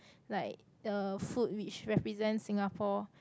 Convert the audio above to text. like uh food which represents Singapore